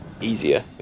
easier